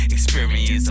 Experience